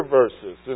verses